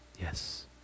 Yes